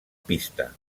pista